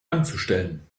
anzustellen